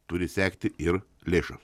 turi sekti ir lėšos